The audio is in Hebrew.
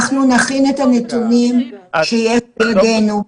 אנחנו נכין את הנתונים שיש בידינו,